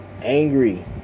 angry